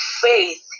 faith